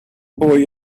boy